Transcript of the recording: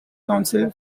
council